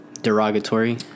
derogatory